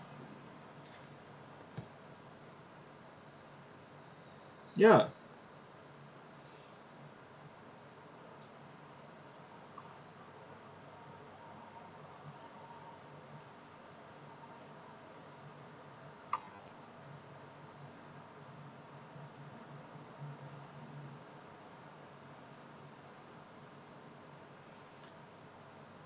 ya